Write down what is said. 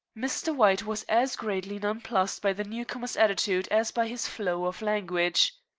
mr. white was as greatly nonplussed by the newcomer's attitude as by his flow of language.